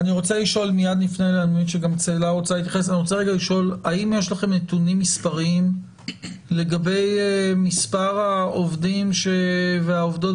האם יש לכם נתונים מספריים לגבי מספר העובדים והעובדות